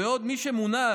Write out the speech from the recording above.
ועוד מי שמונה,